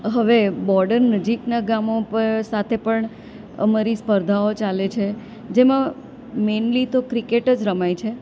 હવે બોડર નજીકનાં ગામો પર સાથે પણ અમારી સ્પર્ધાઓ ચાલે છે જેમાં મેનલી તો ક્રિકેટ જ રમાય છે